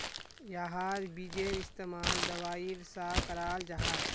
याहार बिजेर इस्तेमाल दवाईर सा कराल जाहा